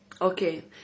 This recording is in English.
okay